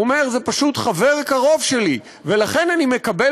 הוא אומר: זה פשוט חבר קרוב שלי ולכן אני מקבל